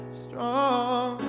strong